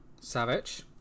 Savage